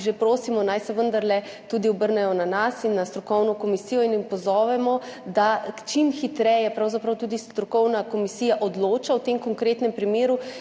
prosimo, naj se vendarle obrnejo tudi na nas in na strokovno komisijo, in jih pozovemo, da čim hitreje pravzaprav tudi strokovna komisija odloča o tem konkretnem primeru,